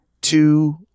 two